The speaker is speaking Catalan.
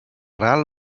ral